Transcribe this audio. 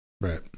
Right